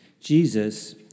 Jesus